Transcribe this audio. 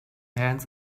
hands